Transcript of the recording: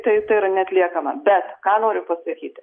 tai tai yra neatliekama be ką noriu pasakyti